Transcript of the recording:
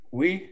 Oui